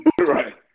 right